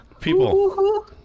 People